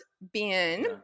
Ben